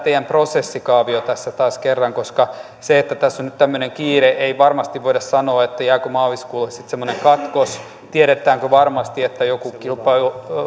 teidän prosessikaavionne tässä taas kerran koska tässä on nyt tämmöinen kiire ei varmasti voida sanoa jääkö maaliskuulle sitten semmoinen katkos tiedetäänkö varmasti että joku kilpailun